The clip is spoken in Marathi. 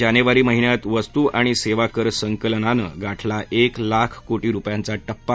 जानेवारी महिन्यात वस्तु आणि सेवाकर संकलनानं गाठला एक लाख कोटी रुपयांचा टप्पा